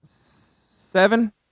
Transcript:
seven